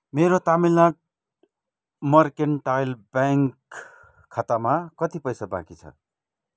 मेरो Tamilnadu Mercantile bank खातामा कति पैसा बाँकी छ